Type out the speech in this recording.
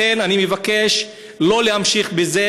לכן אני מבקש לא להמשיך בזה,